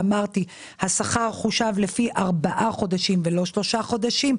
השכר חושב לפי 4 חודשים ולא 3 חודשים.